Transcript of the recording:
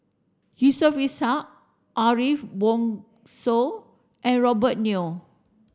Yusof Ishak Ariff Bongso and Robert Yeo